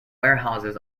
warehouses